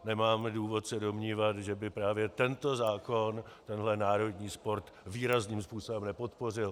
Nemáme důvod se domnívat, že by právě tento zákon tenhle národní sport výrazným způsobem nepodpořil.